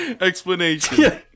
explanation